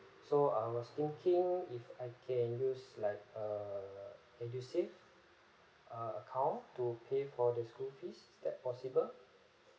so I was thinking if I can use like a edusave uh account to pay for the school fees is that possible